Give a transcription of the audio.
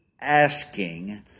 asking